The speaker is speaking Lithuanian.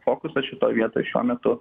fokusas šitoj vietoj šiuo metu